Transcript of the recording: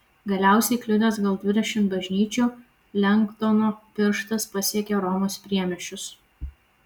galiausiai kliudęs gal dvidešimt bažnyčių lengdono pirštas pasiekė romos priemiesčius